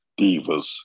Divas